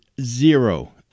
zero